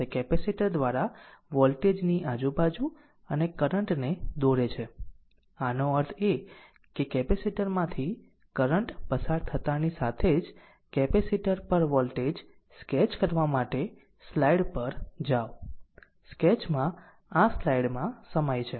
તે કેપેસિટર દ્વારા વોલ્ટેજ ની આજુબાજુ અને કરંટ ને દોરે છે આનો અર્થ એ કે કેપેસિટર માંથી કરંટ પસાર થતાની સાથે જ કેપેસિટર પર વોલ્ટેજ સ્કેચ કરવા માટે સ્લાઇડ પર જાઓ સ્કેચમાં આ સ્લાઈડમાં સમય છે